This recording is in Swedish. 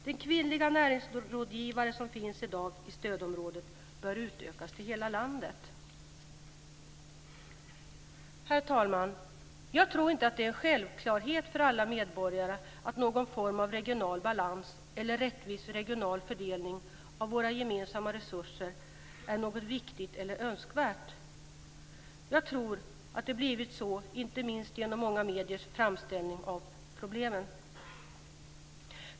De kvinnliga näringslivsrådgivare som i dag finns i stödområdet bör utökas till att täcka hela landet. Herr talman! Jag tror inte att det är en självklarhet för alla medborgare att någon form av regional balans eller rättvis regional fördelning av våra gemensamma resurser är något viktigt eller önskvärt. Jag tror att det har blivit så inte minst genom många mediers framställning av problemen.